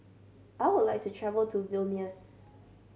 I would like to travel to Vilnius